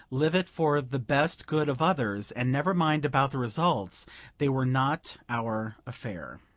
live it for the best good of others, and never mind about the results they were not our affair.